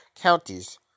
counties